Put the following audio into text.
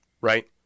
Right